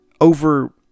over